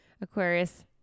Aquarius